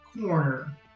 corner